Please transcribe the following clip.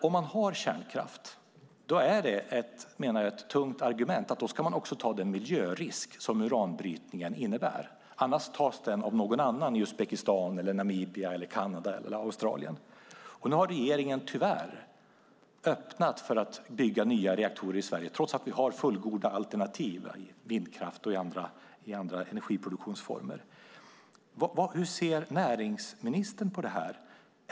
Om man har kärnkraft är det, menar jag, ett tungt argument för att man också ska ta den miljörisk uranbrytningen innebär. Annars tas den av någon annan - i Uzbekistan, Namibia, Kanada eller Australien. Nu har regeringen tyvärr öppnat för att bygga nya reaktorer i Sverige, trots att vi har fullgoda alternativ. Det är vindkraft och andra energiproduktionsformer. Hur ser näringsministern på detta?